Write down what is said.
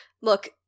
Look